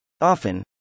Often